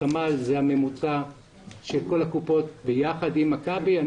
כאן הממוצע של כל הקופות ביחד עם מכבי.